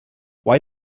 why